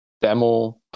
demo